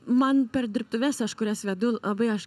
man per dirbtuves aš kurias vedu labai aš